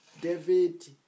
David